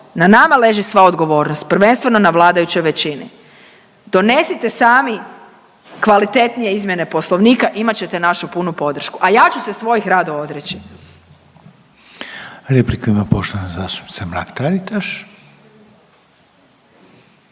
na nama leži sva odgovornost, prvenstveno na vladajućoj većini. Donesite sami kvalitetnije izmjene poslovnika i imat ćete našu punu podršku, a ja ću se svojih rado odreći.